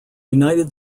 united